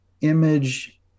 image